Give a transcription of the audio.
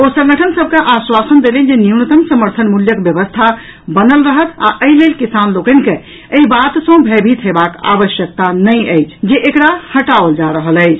ओ संगठन सभ के आश्वासन देलनि जे न्यूनतम समर्थन मूल्यक व्यवस्था बनल रहत आ एहि लेल किसान लोकनि के एहि बात सँ भयभीत हेबाक आवश्यकता नहि अछि जे एकरा हटाओल जा रहल अछि